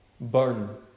burn